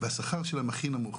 והשכר שלהן הכי נמוך.